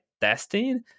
testing